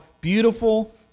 beautiful